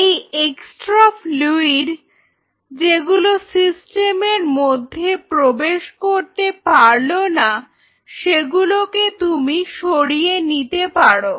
এই extra fluid যেগুলো সিস্টেমের মধ্যে প্রবেশ করতে পারলো না সেগুলোকে তুমি সরিয়ে নিতে পারো